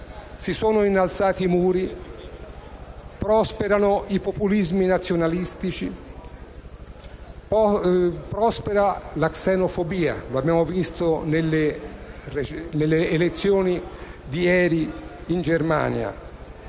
si sono innalzati muri, prosperano i populismi nazionalistici, prospera la xenofobia, come abbiamo visto nelle elezioni di ieri in Germania.